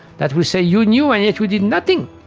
that will say you knew and yet you did nothing.